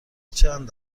چند